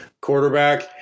quarterback